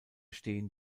stehen